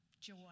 joy